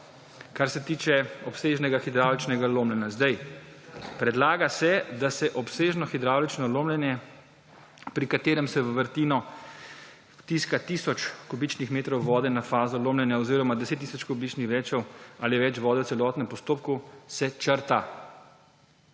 kar se tiče obsežnega hidravličnega lomljenja. Zdaj, predlaga se, da se obsežno hidravlično lomljenje, pri katerem se v vrtino potiska tisoč kubičnih metrov vode na fazo lomljenja oziroma 10 tisoč kubičnih / nerazumljivo/ ali več vode v celotnem postopku se črta.